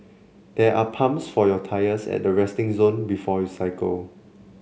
there are pumps for your tyres at the resting zone before you cycle